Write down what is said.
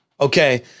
Okay